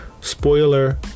Spoiler